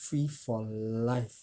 free for life